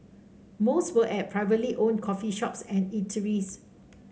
most were at privately owned coffee shops and eateries